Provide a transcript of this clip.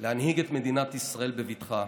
להנהיג את מדינת ישראל בבטחה.